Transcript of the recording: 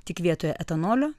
tik vietoje etanolio